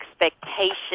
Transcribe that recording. expectation